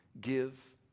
give